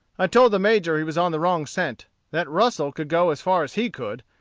i told the major he was on the wrong scent that russel could go as far as he could,